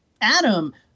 Adam